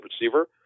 receiver